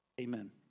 Amen